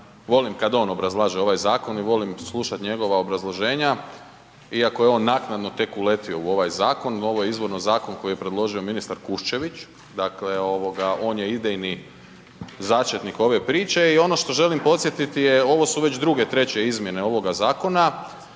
volim kada on obrazlaže ovaj zakon i volim slušati njegova obrazloženja iako je on naknadno tek uletio u ovaj zakon, ovo je izvorno zakon koji je predložio ministar Kuščević, dakle, on je idejni začetnik ove priče i ono što želim podsjetiti je ovo su već 2, 3 izmjene ovoga zakona.